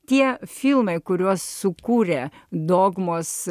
tie filmai kuriuos sukūrė dogmos